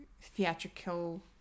theatrical